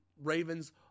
Ravens